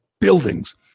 buildings